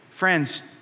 Friends